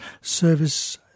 Service